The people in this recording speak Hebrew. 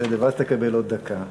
ואז תקבל עוד דקה,